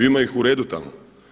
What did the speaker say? Ima ih u redu tamo.